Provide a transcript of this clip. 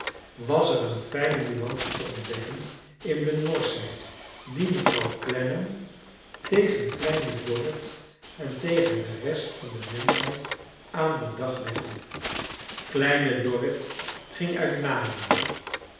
was er een fijne nuance te ontdekken in de norschheid die mevrouw clennam tegen kleine dorrit en tegen de rest van de menschheid aan den dag legde kleine dorrit ging uit naaien